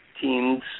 teams